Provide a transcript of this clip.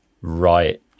right